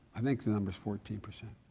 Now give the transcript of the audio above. i think the number is fourteen percent.